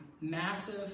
massive